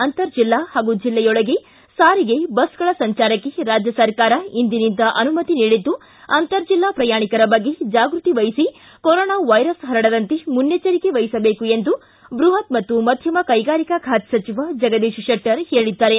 ಅಂತರ ಜಿಲ್ಲಾ ಹಾಗೂ ಜಿಲ್ಲೆಯೊಳಗೆ ಸಾರಿಗೆ ಬಸ್ಗಳ ಸಂಚಾರಕ್ಕೆ ರಾಜ್ಯ ಸರ್ಕಾರ ಇಂದಿನಿಂದ ಅನುಮತಿ ನೀಡಿದ್ದು ಅಂತರ್ ಜಿಲ್ಲಾ ಪ್ರಯಾಣಿಕರ ಬಗ್ಗೆ ಜಾಗೃತಿ ವಹಿಸಿ ಕೊರೊನಾ ವೈರಸ್ ಹರಡದಂತೆ ಮುನ್ನೆಚ್ಚರಿಕೆ ವಹಿಸಬೇಕು ಎಂದು ಬೃಹತ್ ಮತ್ತು ಮಧ್ಯಮ ಕೈಗಾರಿಕಾ ಖಾತೆ ಸಚಿವ ಜಗದೀಶ ಶೆಟ್ಟರ್ ಹೇಳಿದ್ದಾರೆ